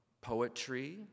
poetry